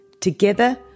Together